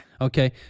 okay